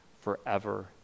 forever